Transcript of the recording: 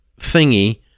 thingy